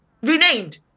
renamed